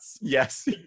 Yes